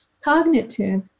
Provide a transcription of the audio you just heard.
cognitive